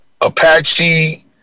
Apache